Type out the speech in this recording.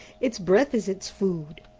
its breath is its food.